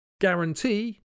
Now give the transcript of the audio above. guarantee